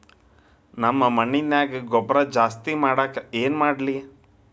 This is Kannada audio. ನಮ್ಮ ಮಣ್ಣಿನ್ಯಾಗ ಗೊಬ್ರಾ ಜಾಸ್ತಿ ಮಾಡಾಕ ಏನ್ ಮಾಡ್ಲಿ?